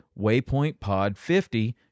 waypointpod50